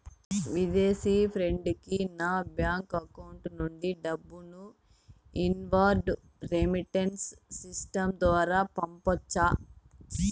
విదేశీ ఫ్రెండ్ కి నా బ్యాంకు అకౌంట్ నుండి డబ్బును ఇన్వార్డ్ రెమిట్టెన్స్ సిస్టం ద్వారా పంపొచ్చా?